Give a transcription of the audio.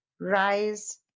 Rise